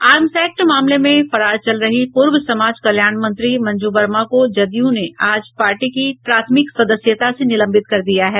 arms act मामले में फरार चल रही पूर्व समाज कल्याण मंत्री मंजू वर्मा को जदयू ने आज पार्टी की प्राथमिक सदस्यता से निलंबित कर दिया है